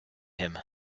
him